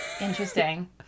Interesting